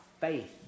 faith